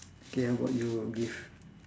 K how about you give